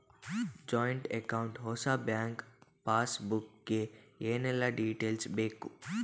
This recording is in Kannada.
ಜಾಯಿಂಟ್ ಅಕೌಂಟ್ ಹೊಸ ಬ್ಯಾಂಕ್ ಪಾಸ್ ಬುಕ್ ಗೆ ಏನೆಲ್ಲ ಡೀಟೇಲ್ಸ್ ಬೇಕು?